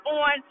on